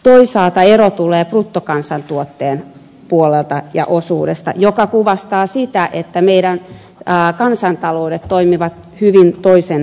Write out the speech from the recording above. toisaalta ero tulee bruttokansantuotteen puolelta ja osuudesta mikä kuvastaa sitä että meidän kansantaloutemme toimivat hyvin erityyppisesti